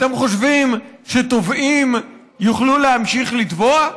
אתם חושבים שתובעים יוכלו להמשיך לתבוע?